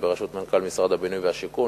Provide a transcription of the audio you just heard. בראשות מנכ"ל משרד הבינוי והשיכון,